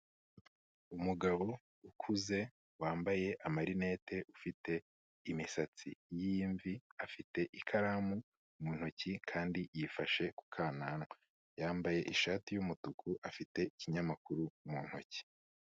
Umugabo ukuze wambaye amarinete ufite imisatsi y'imvi, afite ikaramu mu ntoki kandi yifashe ku kananwa. Yambaye ishati y'umutuku afite ikinyamakuru mu ntoki.